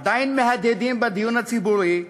עדיין מהדהדים בדיון הציבורי,